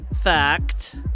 fact